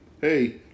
hey